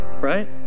right